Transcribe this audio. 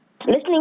Listening